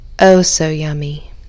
oh-so-yummy